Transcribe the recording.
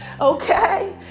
okay